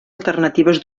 alternatives